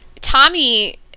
Tommy